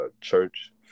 church